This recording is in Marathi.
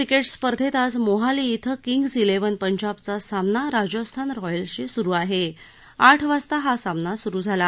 क्रिक्ट्रिस्पर्धेत आज मोहाली श्वे किंग्ज क्रिक्ट्रिन पंजाबचा सामना राजस्थान रॉयल्सशी सुरू आह आठ वाजता हा सामना सुरू झाला